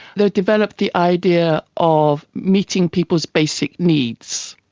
there developed the idea of meeting people's basic needs.